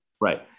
Right